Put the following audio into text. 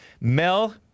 Mel